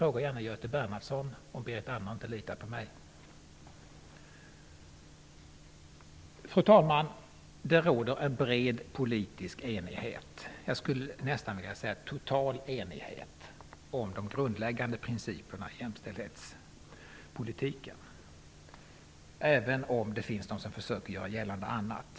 Om Berit Andnor inte litar på mig kan hon gärna fråga Göte Fru talman! Det råder en bred politisk enighet -- jag skulle nästan vilja säga total enighet -- om de grundläggande principerna i jämställdhetspolitiken, även om det finns de som försöker göra gällande annat.